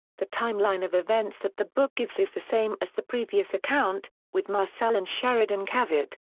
the timeline of events that the book gives is the same as the previous account, with marcel and sheridan cavitt,